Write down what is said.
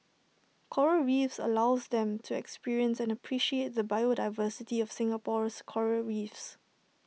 Coral reefs allows them to experience and appreciate the biodiversity of Singapore's Coral reefs